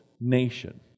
nation